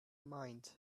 mind